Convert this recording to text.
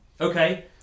okay